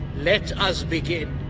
let us begin.